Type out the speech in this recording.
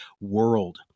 world